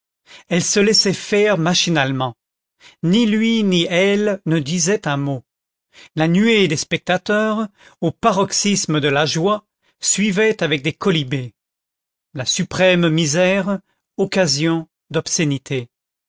elle se laissait faire machinalement ni lui ni elle ne disaient un mot la nuée des spectateurs au paroxysme de la joie suivait avec des quolibets la suprême misère occasion d'obscénités